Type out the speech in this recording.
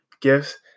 gifts